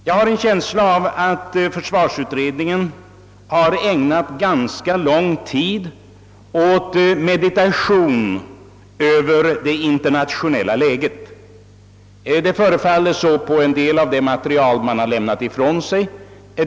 Jag har en känsla av att försvarsutredningen har ägnat ganska lång tid åt meditation över det internationella läget. Det förefaller så att döma av en del av det material man har lämnat ifrån sig.